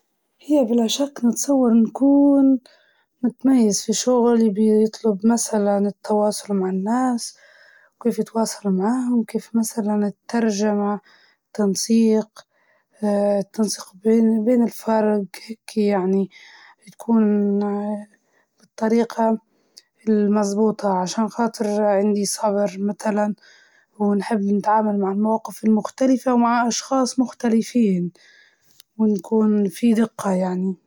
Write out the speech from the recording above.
أي وظيفة فيها تنظيم أو كتابة، نحب نرتب الأمور ونعبر عن أفكاري فحسيت إني بكون مبدعة بهالنوع من الشغل.